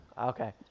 Okay